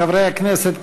חברי הכנסת,